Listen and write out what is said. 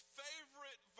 favorite